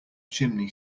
chimney